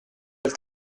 bel